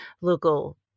local